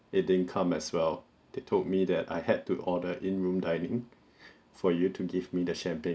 it didn't come as well they told me that I had to order in room dining for you to give me the champagne